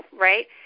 right